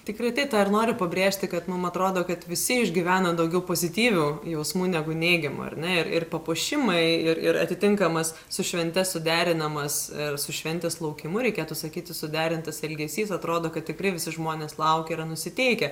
tikrai taip noriu pabrėžti kad mum atrodo kad visi išgyvena daugiau pozityvių jausmų negu neigiamų ar ne ir ir papuošimai ir ir atitinkamas su švente suderinamas su šventės laukimu reikėtų sakyti suderintas elgesys atrodo kad tikrai visi žmonės laukia yra nusiteikę